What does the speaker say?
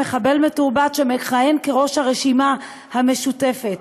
מחבל מתורבת שמכהן כראש הרשימה המשותפת,